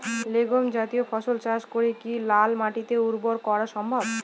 Legume জাতীয় ফসল চাষ করে কি লাল মাটিকে উর্বর করা সম্ভব?